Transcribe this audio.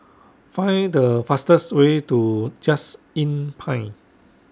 Find The fastest Way to Just Inn Pine